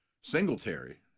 Singletary